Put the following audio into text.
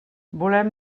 volem